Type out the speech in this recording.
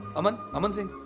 aman. aman singh.